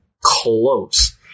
close